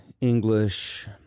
English